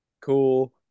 cool